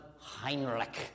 Heinrich